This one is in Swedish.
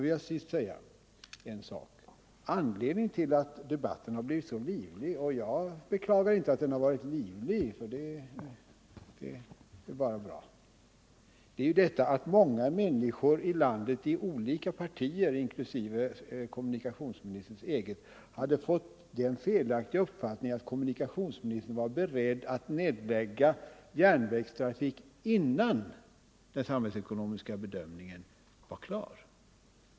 Till sist vill jag säga att anledningen till att debatten har blivit så livlig — och jag beklagar inte att den har blivit livlig, för det är bara bra — är att många människor i landet från olika partier, inklusive kommunikationsministerns eget, hade fått den felaktiga uppfattningen att kommunikationsministern var beredd att nedlägga järnvägstrafik innan den samhällsekonomiska bedömningen var klar.